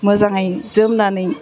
मोजाङै जोमनानै